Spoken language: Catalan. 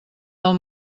del